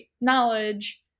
knowledge